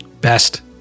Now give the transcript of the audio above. Best